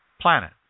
planet